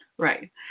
Right